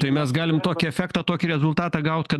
tai mes galim tokį efektą tokį rezultatą gaut kad